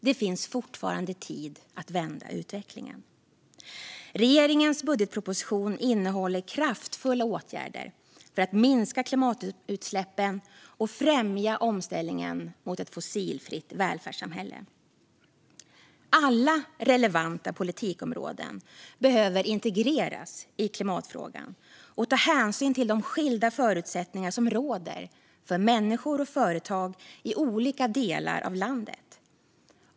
Det finns fortfarande tid att vända utvecklingen. Regeringens budgetproposition innehåller kraftfulla åtgärder för att minska klimatutsläppen och främja omställningen till ett fossilfritt välfärdssamhälle. Alla relevanta politikområden behöver integreras i klimatfrågan och ta hänsyn till de skilda förutsättningar som råder för människor och företag i olika delar av landet.